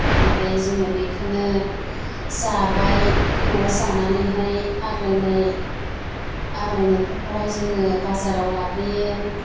आमफ्राय जोङो बेखौनो जाबाय न'आव जानानैहाय आग्लायनाय आग्लायनायफोरखौहाय जोङो बाजाराव लाबोयो